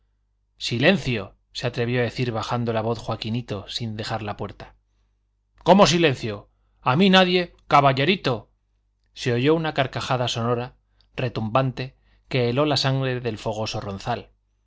silencio se atrevió a decir bajando la voz joaquinito sin dejar la puerta cómo silencio a mí nadie caballerito se oyó una carcajada sonora retumbante que heló la sangre del fogoso ronzal